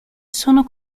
sono